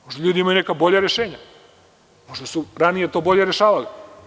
Možda ljudi imaju neka bolja rešenja, možda su ranije to bolje rešavali.